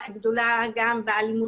כי הן להן מאיפה.